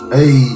Hey